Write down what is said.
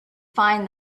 find